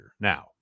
Now